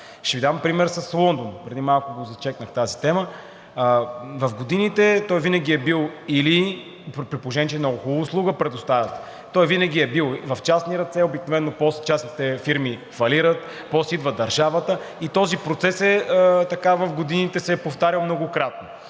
Ще Ви дам пример с Лондон, преди малко зачекнах тази тема. В годините той винаги е бил, при положение че много хубава услуга предоставя, той винаги е бил в частни ръце, обикновено после частните фирми фалират, после идва държавата и този процес в годините се е повтарял многократно.